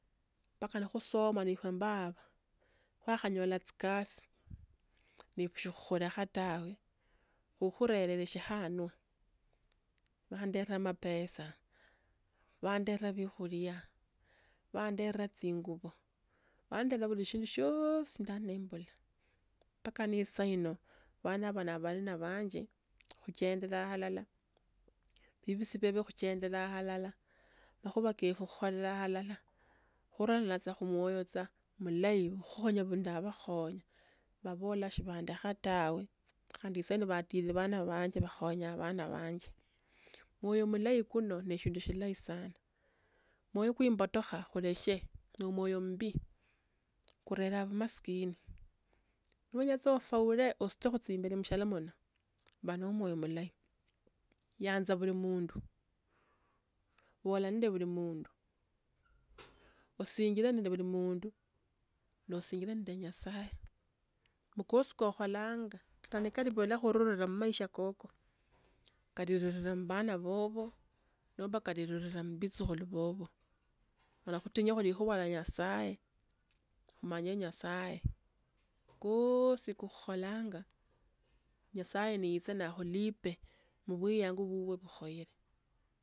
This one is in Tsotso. Paka nikhusoma efwe mbava ,khwakhanyola etsikasi ,neshikhulakha tawe khukhurerire ehsianwa vandera amapesa, vandera vyekhulia, vandera tsinguvo, vandera vuli shindu shooo si shanali nembula. Mpaka ne sayino, vana ovo navali na vanje khuchendelanga alala, bibisi pepe kuchendelanga aha, makhuva kefu khukhorira alala. khururana tsa khumwyo mulayi vukhonyo vunavakhonya, vavola shivandakha tawe khandi esaino vatirire avana vanje vakhonya avana vanje. Mwoyo mulayi kuno neshindu shilayi sana mwoyo kwe imbitokha khuleshe. no mwoyo mbi karelia vumaskini. nivenyatsa ofaule sitekho khutsia imberi mushrooms muno va nomwoyo mulayi. yanza vuli mundu, vola nende vuli mundu, osinjire nende vuli mundu. No sinjire nende nyasaye. mukosi kokholanga kate nikalivula khurura mumasha kako kalirura muvana vovo nomba kalirura muvitsukhulu vovo khola khutinye khulikhuva lia nyasaye khumanye nyasaye khoo se kokhukholanga nyasaye niyetse na khulipe muvuyangu vuvye vukhoyere.